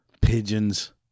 pigeons